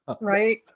Right